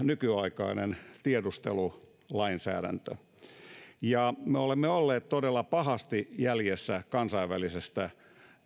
nykyaikainen tiedustelulainsäädäntö me olemme olleet todella pahasti jäljessä kansainvälisestä